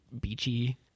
beachy